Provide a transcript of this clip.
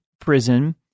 prison